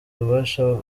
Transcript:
ububasha